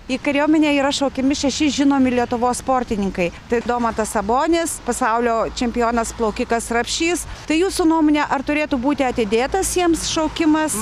į kariuomenę yra šaukiami šeši žinomi lietuvos sportininkai tai domantas sabonis pasaulio čempionas plaukikas rapšys tai jūsų nuomone ar turėtų būti atidėtas jiems šaukimas